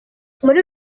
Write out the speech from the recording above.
muri